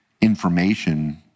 information